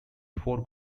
four